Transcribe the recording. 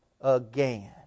again